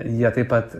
jie taip pat